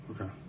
Okay